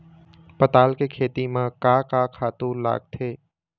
पताल के खेती म का का खातू लागथे?